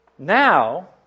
Now